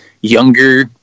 younger